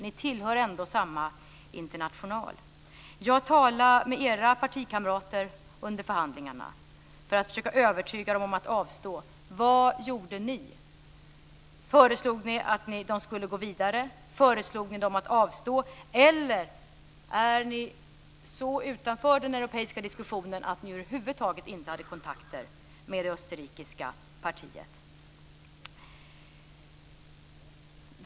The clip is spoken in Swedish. Ni tillhör ändå samma international. Jag talade med era partikamrater under förhandlingarna för att försöka övertyga dem om att avstå. Vad gjorde ni? Föreslog ni att de skulle gå vidare? Föreslog ni att de skulle avstå? Eller är ni så utanför den europeiska diskussionen att ni över huvud taget inte hade kontakt med det österrikiska partiet?